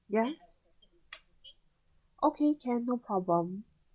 yes okay can no problem